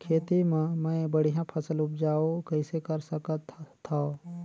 खेती म मै बढ़िया फसल उपजाऊ कइसे कर सकत थव?